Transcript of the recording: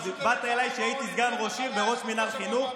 באת אליי כשהייתי סגן ראש עיר וראש מינהל חינוך,